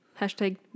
Hashtag